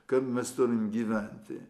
kad mes turim gyventi